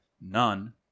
None